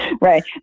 Right